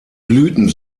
blüten